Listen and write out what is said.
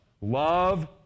love